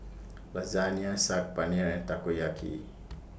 Lasagne Saag Paneer and Takoyaki